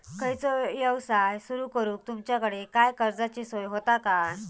खयचो यवसाय सुरू करूक तुमच्याकडे काय कर्जाची सोय होता काय?